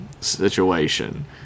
situation